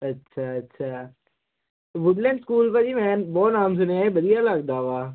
ਅੱਛਾ ਅੱਛਾ Woodland school ਭਾਅ ਜੀ ਮੈਂ ਬਹੁਤ ਨਾਮ ਸੁਣਿਆ ਇਹ ਵਧੀਆ ਲੱਗਦਾ ਵਾ